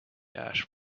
ash